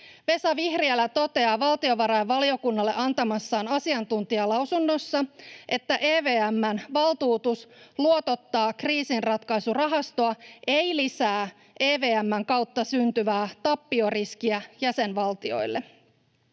Vesa Vihriälä toteaa valtiovarainvaliokunnalle antamassaan asiantuntijalausunnossa: ”EVM:n valtuutus luotottaa kriisinratkaisurahastoa ei lisää EVM:n kautta syntyvää tappioriskiä jäsenvaltioille.”